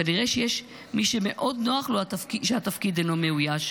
כנראה שיש מי שמאוד נוח שהתפקיד אינו מאויש,